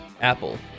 Apple